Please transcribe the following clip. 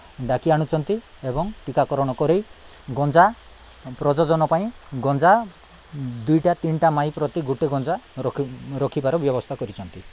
ଡାକି ଆଣୁଛନ୍ତି ଏବଂ ଟୀକାକରଣ କରି ଗଞ୍ଜା ପ୍ରଜନନ ପାଇଁ ଗଞ୍ଜା ଦୁଇଟା ତିନିଟା ମାଇଁ ପ୍ରତି ଗୋଟେ ଗଞ୍ଜା ରଖିବାର ବ୍ୟବସ୍ଥା କରିଛନ୍ତି